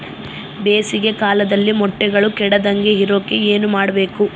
ಬೇಸಿಗೆ ಕಾಲದಲ್ಲಿ ಮೊಟ್ಟೆಗಳು ಕೆಡದಂಗೆ ಇರೋಕೆ ಏನು ಮಾಡಬೇಕು?